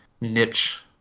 niche